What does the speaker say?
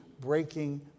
breaking